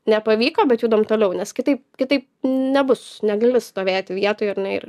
nepavyko bet judam toliau nes kitaip kitaip nebus negali stovėti vietoj ar ne ir